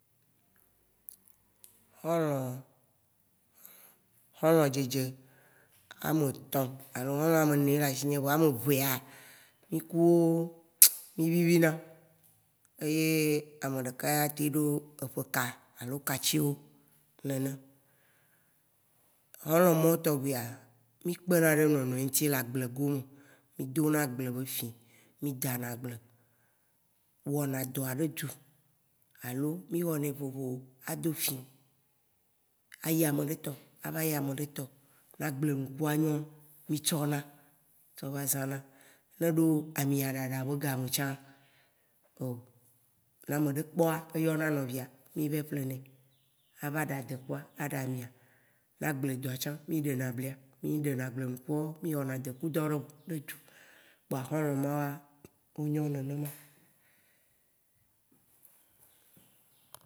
Xɔlɔ̃, xɔlɔ̃dzedze ame tsɔ alo xɔlɔ̃ ame nĩ ye lé asinyĩ. vɔa ame vea, mí kuwo mi vivina. yé amɛ ɖeka ya téŋ ɖo eƒe ka alo katsi wo nènè. Xɔlɔ̃ mawo tɔgbéa, mi kpéna ɖé nɔnɔɛ ŋ'tsi lé agblé gome, mí dona agble be fì. Mi dana glé. Wɔna dɔa ɖe dzu alo mi wɔnɛ vovo a do fì. Ayi ameɖe tɔ ava yi ameɖe tɔ. Ne agblénukua nyɔ, mí tsɔna tsɔ va zãna. Né eɖo amiɖaɖa bé game tsã, o ne ameɖe kpɔa, e yɔna nɔvia mi yi va ƒlénè, a va ɖa dékua aɖa amia. Né agblɖɔe tsã, mi ɖéna blia, mi ɖéna agblé nukuwo, mi wɔna déku ɖɔ ɖe dzu. kpoa xɔlɔ̃ mawoa, wo nyɔ nenema.